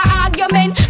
argument